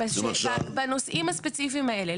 בנושאים הספציפיים האלה.